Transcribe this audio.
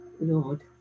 lord